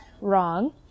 wrong